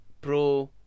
pro